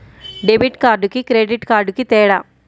Debit కార్డుకి credit కార్డుకి తేడా?